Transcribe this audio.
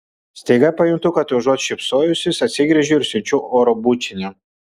staiga pajuntu kad užuot šypsojusis atsigręžiu ir siunčiu oro bučinį